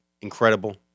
Incredible